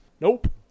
Nope